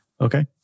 Okay